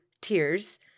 tears